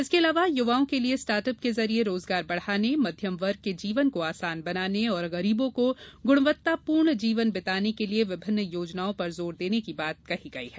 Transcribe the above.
इसके अलावा युवाओं के लिए स्टार्ट अप के जरिए रोजगार बढ़ाने मध्यम वर्ग के जीवन को आसान बनाने और गरीबों को गुणवत्तापूर्ण जीवन बिताने के लिए विभिन्न योजनाओं पर जोर देने की बात कही गई है